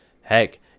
Heck